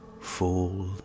fall